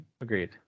Agreed